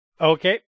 Okay